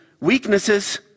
weaknesses